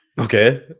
Okay